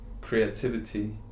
creativity